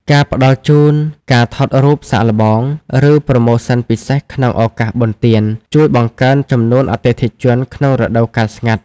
ការផ្ដល់ជូនការថតរូបសាកល្បង ឬប្រូម៉ូសិនពិសេសក្នុងឱកាសបុណ្យទាន ជួយបង្កើនចំនួនអតិថិជនក្នុងរដូវកាលស្ងាត់។